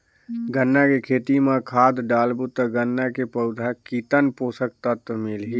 गन्ना के खेती मां खाद डालबो ता गन्ना के पौधा कितन पोषक तत्व मिलही?